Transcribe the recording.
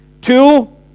Two